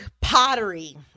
pottery